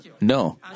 No